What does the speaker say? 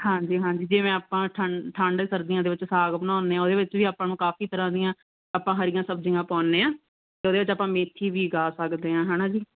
ਹਾਂਜੀ ਹਾਂਜੀ ਜਿਵੇਂ ਆਪਾਂ ਠੰਡ ਠੰਡ ਸਰਦੀਆਂ ਦੇ ਵਿੱਚ ਸਾਗ ਬਣਾਉਂਦੇ ਆ ਉਹਦੇ ਵਿੱਚ ਵੀ ਆਪਾਂ ਨੂੰ ਕਾਫੀ ਤਰ੍ਹਾਂ ਦੀਆਂ ਆਪਾਂ ਹਰੀਆਂ ਸਬਜ਼ੀਆਂ ਪਾਉਦੇ ਹਾਂ ਉਹਦੇ ਵਿੱਚ ਆਪਾਂ ਮੇਥੀ ਵੀ ਉਗਾ ਸਕਦੇ ਹਾਂ ਹੈ ਨਾ ਜੀ